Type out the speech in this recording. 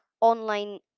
online